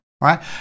Right